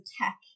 tech